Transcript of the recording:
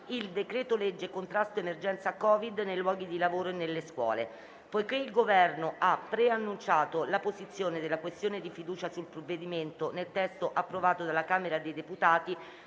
il decreto-legge sul contrasto all'emergenza Covid nei luoghi di lavoro e nelle scuole. Poiché il Governo ha preannunciato la posizione della questione di fiducia sul provvedimento, nel testo approvato dalla Camera dei deputati,